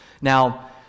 Now